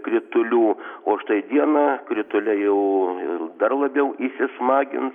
kritulių o štai dieną krituliai jau ir dar labiau įsismagins